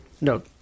No